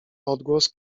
odgłos